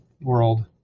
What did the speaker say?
world